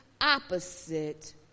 opposite